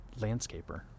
landscaper